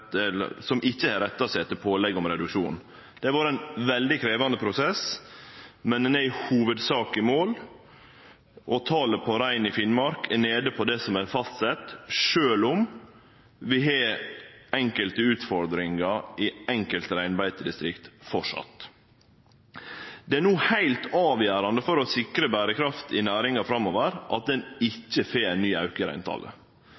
retta seg etter pålegg om reduksjon. Det har vore ein veldig krevjande prosess, men ein er i hovudsak i mål, og talet på rein i Finnmark er nede på det som er fastsett, sjølv om vi har enkelte utfordringar i enkelte reinbeitedistrikt framleis. Det er no heilt avgjerande for å sikre berekraft i næringa framover at ein ikkje får ein ny auke i reintalet.